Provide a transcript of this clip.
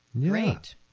Great